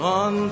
on